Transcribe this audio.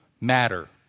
matter